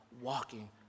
walking